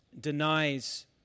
denies